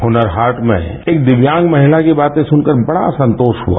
हुनर हाट में एक दिव्यांग महिला की बातें सुनकर बड़ा संतोष हुआ